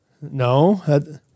No